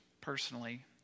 personally